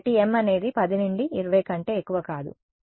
కాబట్టి m అనేది 10 నుండి 20 కంటే ఎక్కువ కాదు